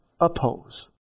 oppose